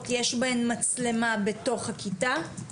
יש בהן מצלמה בתוך הכיתה?